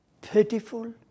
pitiful